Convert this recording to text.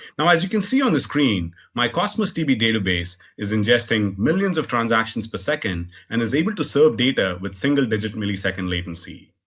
now, as you can see on the screen, my cosmos db database is ingesting millions of transactions per second and is able to serve data with single digit millisecond latency.